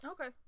Okay